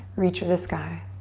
reach for the sky.